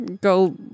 go